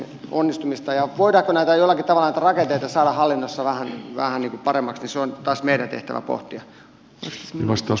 ja voidaanko näitä rakenteita jollakin tavalla saada hallinnossa vähän paremmaksi se on taas meidän tehtävämme pohtia